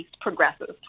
progresses